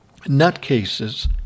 nutcases